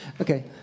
Okay